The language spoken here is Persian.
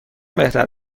بهتر